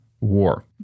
war